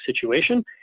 situation